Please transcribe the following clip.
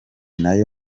nayo